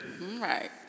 Right